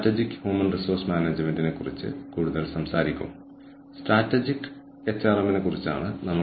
തീർച്ചയായും ഞാൻ Gomez Mejia Balkin Cardy Gomez Mejia Balkin and Cardy എന്നിവരുടെ പുസ്തകം പരാമർശിച്ചിട്ടുണ്ട്